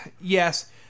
Yes